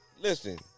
listen